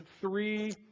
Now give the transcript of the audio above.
three